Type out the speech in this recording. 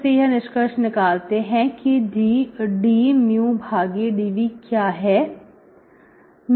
इस निष्कर्ष निकालते हैं कि d mu भागे dv क्या है